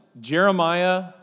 Jeremiah